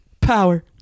power